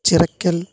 Chirakkal